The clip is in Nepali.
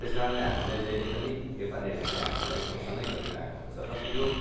त्यस कारणले हामीलाई जहिले पनि व्यापारीहरूले हामीलाई शोषणै गरिरहेको हुन्छ र त्यो